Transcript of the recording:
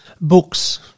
Books